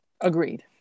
Agreed